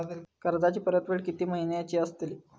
कर्जाची परतफेड कीती महिन्याची असतली?